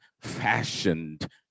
fashioned